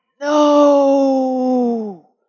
no